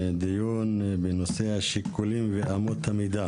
על סדר-היום: השיקולים ואמות המידה